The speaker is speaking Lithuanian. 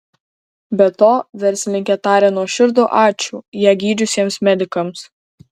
be to verslininkė taria nuoširdų ačiū ją gydžiusiems medikams